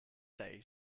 day